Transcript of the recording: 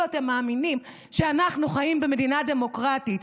אתם מאמינים שאנחנו חיים במדינה דמוקרטית?